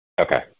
Okay